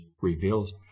reveals